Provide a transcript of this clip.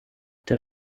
der